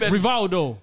Rivaldo